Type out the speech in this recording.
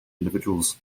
individuals